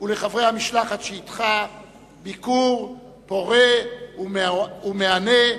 ולחברי המשלחת שאתך ביקור פורה ומהנה.